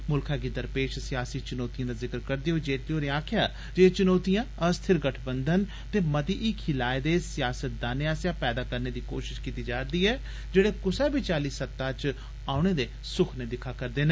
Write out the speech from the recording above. मुलखै गी दरपेश सियासी चुनौतिएं दा जिक्र करदे होई जेटली होरें आक्खेआ जे एह् चुनोतियां अस्थिर गठबंधन ते मती हीखी लाए दे सियासतदानें आस्सेआ पैदा करने दी कोश्त कीती जारदी ऐ जेड़े कुसै बी चाली सत्ता च औने दे सुखने दिक्खा करदे न